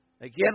again